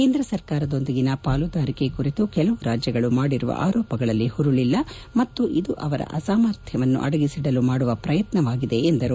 ಕೇಂದ್ರ ಸರ್ಕಾರದೊಂದಿಗಿನ ಪಾಲುದಾರಿಕೆ ಕುರಿತು ಕೆಲವು ರಾಜ್ಯಗಳು ಮಾಡಿರುವ ಆರೋಪಗಳಲ್ಲಿ ಪುರುಳಿಲ್ಲ ಮತ್ತು ಇದು ಅವರ ಅಸಾಮರ್ಥ್ಯವನ್ನು ಅಡಗಿಸಿದಲು ಮಾಡುತ್ತಿರುವ ಪ್ರಯತ್ನವಾಗಿದೆ ಎಂದರು